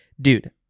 Dude